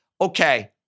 okay